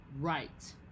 right